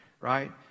right